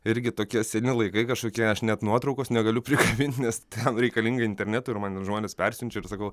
irgi tokie seni laikai kažkokie aš net nuotraukos negaliu prikabint nes ten reikalinga internetu ir man žmonės persiunčia ir sakau